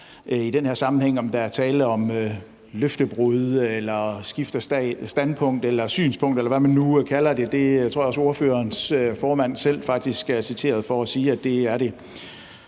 i den her sammenhæng at diskutere, om der er tale om løftebrud eller en skiften af standpunkt eller synspunkt, eller hvad man nu kalder det. Det tror jeg at ordførerens formand faktisk selv er citeret for at sige at det er.